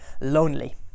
lonely